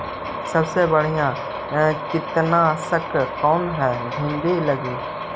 सबसे बढ़िया कित्नासक कौन है भिन्डी लगी?